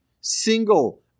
single